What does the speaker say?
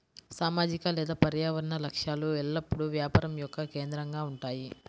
సామాజిక లేదా పర్యావరణ లక్ష్యాలు ఎల్లప్పుడూ వ్యాపారం యొక్క కేంద్రంగా ఉంటాయి